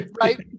Right